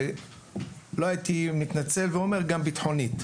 לא הייתי מתנצל ואומר גם ביטחונית,